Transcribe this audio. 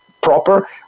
proper